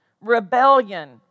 rebellion